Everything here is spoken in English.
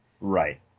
Right